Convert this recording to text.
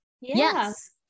yes